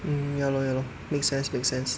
mm ya lor ya lor make sense make sense